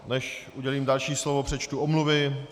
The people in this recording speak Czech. Než udělím další slovo, přečtu omluvy.